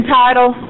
title